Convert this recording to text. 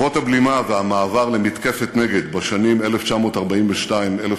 קרבות הבלימה והמעבר למתקפת-נגד בשנים 1942 1943